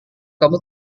kamu